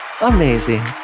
amazing